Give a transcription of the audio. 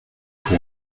pour